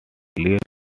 declared